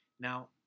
Now